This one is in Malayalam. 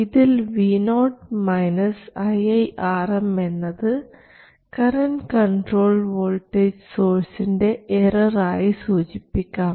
ഇതിൽ vo iiRm എന്നത് കറൻറ് കൺട്രോൾഡ് വോൾട്ടേജ് സോഴ്സിൻറെ എറർ ആയി സൂചിപ്പിക്കാം